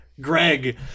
Greg